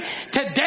today